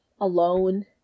alone